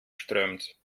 strömt